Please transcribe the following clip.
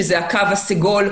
שזה הקו הסגול,